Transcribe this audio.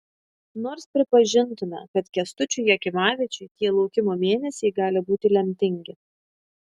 nors pripažintume kad kęstučiui jakimavičiui tie laukimo mėnesiai gali būti lemtingi